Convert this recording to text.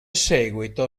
seguito